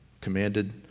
commanded